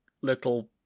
little